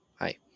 hi